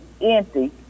empty